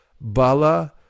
Bala